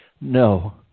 No